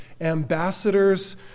ambassadors